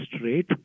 rate